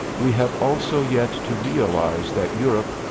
we have also yet to realize that europe,